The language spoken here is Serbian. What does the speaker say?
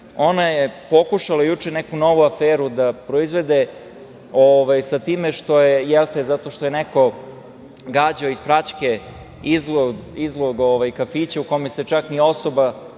Ona je pokušala juče neku novu aferu da proizvede sa time što je neko gađao iz praćke izlog kafića u kome se ni osoba